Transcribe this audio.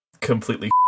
completely